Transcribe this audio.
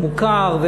מוכר,